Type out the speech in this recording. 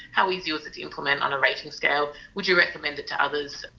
how easy was it to implement on a rating scale, would you recommend it to others,